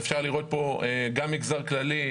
אפשר לראות פה גם מגזר כללי.